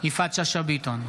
יפעת שאשא ביטון,